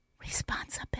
responsibility